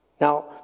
Now